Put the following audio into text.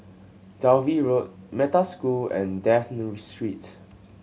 Dalvey Road Metta School and Dafne Street